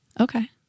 Okay